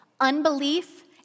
unbelief